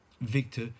Victor